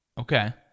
Okay